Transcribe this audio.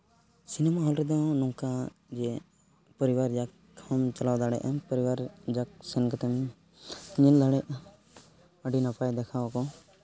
cinema ᱦᱚᱞ ᱨᱮᱫᱚ ᱱᱚᱝᱠᱟ ᱡᱮ ᱯᱚᱨᱤᱵᱟᱨ ᱡᱟᱠ ᱦᱚᱢ ᱪᱟᱞᱟᱣ ᱫᱟᱲᱮᱭᱟᱜᱼᱟ ᱯᱚᱨᱤᱵᱟᱨ ᱡᱟᱠ ᱥᱮᱱ ᱠᱟᱛᱮ ᱧᱮᱞ ᱫᱟᱲᱮᱭᱟᱜᱼᱟ ᱟᱹᱰᱤ ᱱᱟᱯᱟᱭ ᱫᱮᱠᱷᱟᱣ ᱟᱠᱚ